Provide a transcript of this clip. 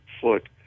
foot